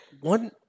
One